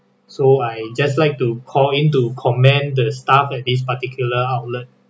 so I just like to call in to commend the staff at this particular outlet